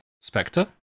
Spectre